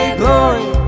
glory